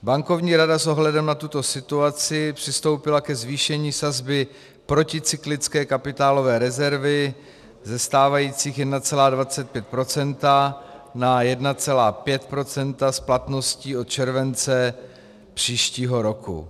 Bankovní rada s ohledem na tuto situaci přistoupila ke zvýšení sazby proticyklické kapitálové rezervy ze stávajících 1,25 % na 1,5 % s platností od července příštího roku.